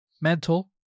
mental